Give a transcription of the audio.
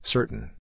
Certain